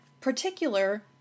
particular